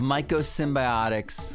Mycosymbiotics